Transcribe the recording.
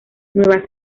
nueva